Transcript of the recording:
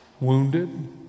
wounded